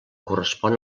correspon